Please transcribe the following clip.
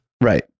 Right